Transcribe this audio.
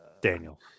Daniel